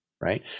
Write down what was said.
Right